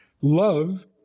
Love